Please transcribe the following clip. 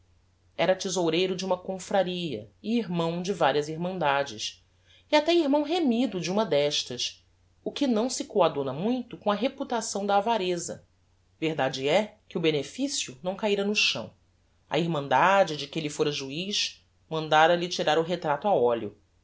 era thesoureiro de uma confraria e irmão de varias irmandades e até irmão remido de uma destas o que não se coaduna muito com a reputação da avareza verdade é que o beneficio não caíra no chão a irmandade de que elle fôra juiz mandara lhe tirar o retrato a oleo